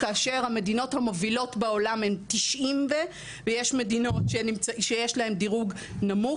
כאשר המדינות המובילות בעולם הם 90+ ויש מדינות שיש להם דירוג נמוך,